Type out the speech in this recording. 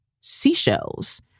seashells